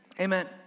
Amen